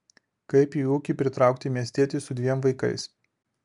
kaip į ūkį pritraukti miestietį su dviem vaikais